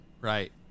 right